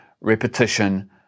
repetition